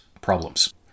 problems